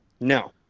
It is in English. No